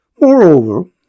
Moreover